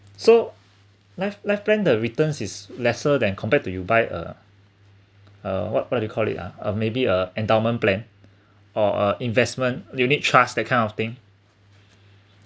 so life life plan the return is lesser than compared to you buy uh uh what what do you call it uh or maybe a endowment plan or a investment unit trust that kind of thing